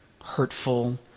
hurtful